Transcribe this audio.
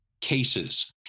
cases